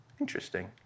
Interesting